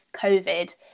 COVID